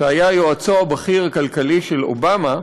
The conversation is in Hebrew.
שהיה יועצו הכלכלי הבכיר של אובמה,